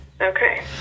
Okay